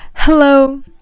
hello